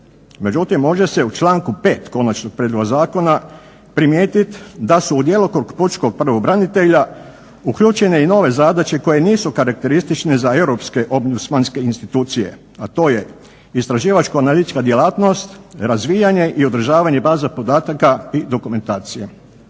Međutim, može se u članku 5. konačnog prijedloga zakona primijetiti da su u djelokrug pučkog pravobranitelja uključene i nove zadaće koje nisu karakteristične za europske ombudsmanske institucije, a to je istraživačko-analitička djelatnost, razvijanje i održavanje baza podataka i dokumentacija.